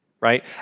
right